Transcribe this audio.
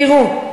תראו,